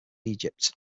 egypt